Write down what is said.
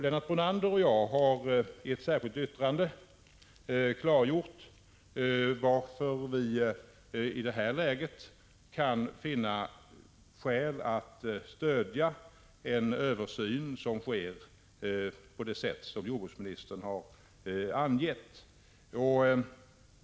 Lennart Brunander och jag har i ett särskilt yttrande klargjort varför vi i det här läget kan finna skäl att stödja en översyn som sker på det sätt som jordbruksministern har angett.